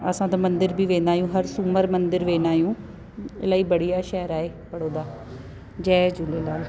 असां त मंदिर बि वेंदा आहियूं हर सूमरु मंदिर वेंदा आहियूं इलाही बढ़िया शहर आहे बड़ौदा जय झूलेलाल